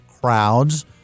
crowds